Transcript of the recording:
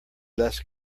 less